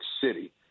City